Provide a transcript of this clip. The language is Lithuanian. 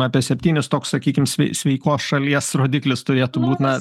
apie septynis toks sakykim sveikos šalies rodiklis turėtų būt na